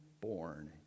born